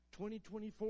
2024